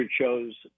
shows